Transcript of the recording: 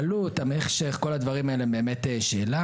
העלות, הַמֶּשֶׁךְ, כל הדברים האלה זה באמת שאלה.